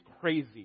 crazy